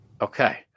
Okay